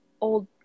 old